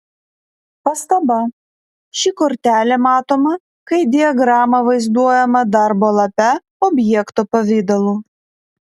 pastaba ši kortelė matoma kai diagrama vaizduojama darbo lape objekto pavidalu